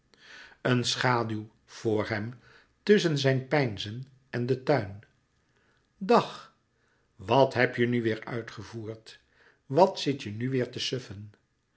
een schaduw voor hem tusschen zijn peinzen en den tuin dag wat heb je nu weêr uitgevoerd wat zit je nu weêr te suffen